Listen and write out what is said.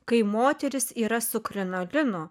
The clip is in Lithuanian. kai moteris yra su krinolinu